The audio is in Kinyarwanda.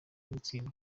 gutsindwa